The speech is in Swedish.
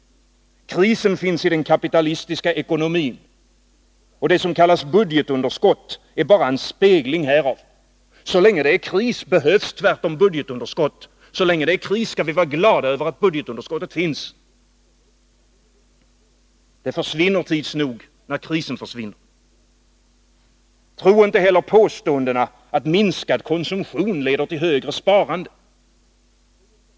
Krisen finns i den kapitalistiska ekonomin. Det som kallas budgetunderskott är bara en spegling därav. Så länge det är kris behövs tvärtom budgetunderskott. Så länge det är kris skall vi vara glada över att budgetunderskottet finns. Det försvinner tids nog, när krisen försvinner. Tro inte heller påståendena att minskad konsumtion leder till högre sparande.